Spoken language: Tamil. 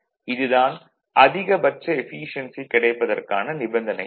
இது தான் அதிகபட்ச எஃபீசியென்சி கிடைப்பதற்கான நிபந்தனை